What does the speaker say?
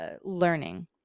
learning